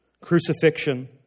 Crucifixion